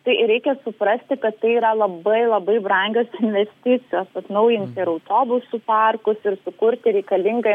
tai ir reikia suprasti kad tai yra labai labai brangios investicijos atnaujinti ir autobusų parkus ir sukurti reikalingą